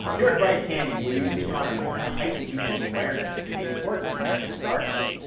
here at bryce canyon, we use astronomy to heighten people's awareness to the importance of natural darkness.